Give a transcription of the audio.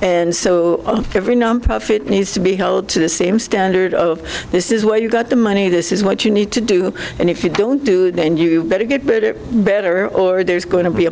and so every nonprofit needs to be held to the same standard of this is where you got the money this is what you need to do and if you don't do it and you better get bit better or there's going to be a